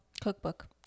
cookbook